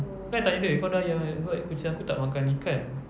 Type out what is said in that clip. kan I tanya dia kau ada ayam sebab kucing aku tak makan ikan